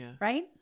Right